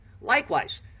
Likewise